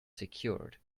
secured